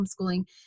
homeschooling